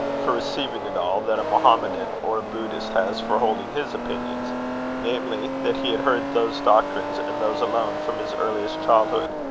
for receiving it all, that a mohammedan or a buddhist has for holding his opinions namely, that he had heard those doctrines, and those alone, from his earliest childhood.